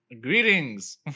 Greetings